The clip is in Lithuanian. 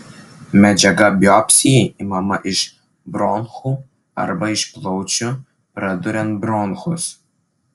medžiaga biopsijai imama iš bronchų arba iš plaučių praduriant bronchus